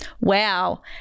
Wow